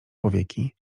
powieki